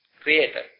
Creator